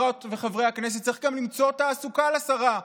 חברות וחברי הכנסת, צריך גם למצוא תעסוקה לשרה,